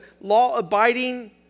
law-abiding